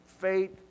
faith